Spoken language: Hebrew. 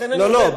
לכן אני אומר.